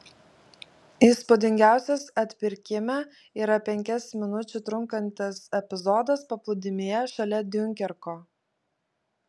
įspūdingiausias atpirkime yra penkias minučių trunkantis epizodas paplūdimyje šalia diunkerko